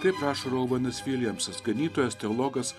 taip rašo rovanas viljamsas ganytojas teologas